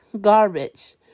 Garbage